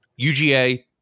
UGA